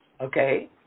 Okay